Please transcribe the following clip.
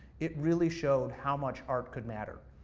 it really showed how much art could matter.